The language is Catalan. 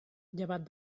llevat